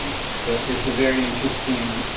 but it's a very interesting